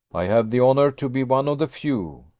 i have the honour to be one of the few,